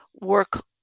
work